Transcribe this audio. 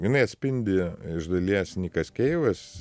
jinai atspindi iš dalies nikas keivas